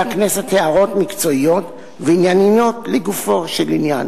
הכנסת הערות מקצועיות וענייניות לגופו של עניין?